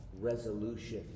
resolution